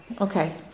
Okay